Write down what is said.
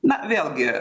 na vėlgi